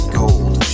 gold